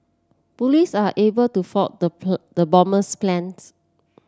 police are able to foil the the bomber's plans